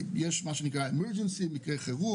יש כמה סוגים ורמות של מצבי חירום,